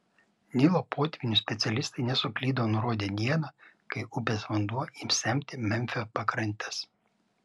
nilo potvynių specialistai nesuklydo nurodę dieną kai upės vanduo ims semti memfio pakrantes